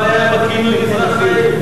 מה הבעיה עם הכינוי "מזרח העיר"?